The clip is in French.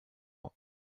mois